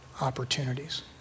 opportunities